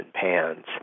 pans